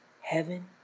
heaven